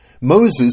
Moses